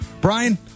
Brian